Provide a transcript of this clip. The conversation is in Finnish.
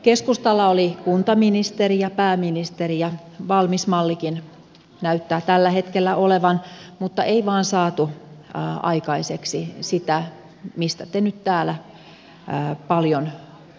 keskustalla oli kuntaministeri ja pääministeri ja valmis mallikin näyttää tällä hetkellä olevan mutta ei vain saatu aikaiseksi sitä mistä te nyt täällä paljon puhutte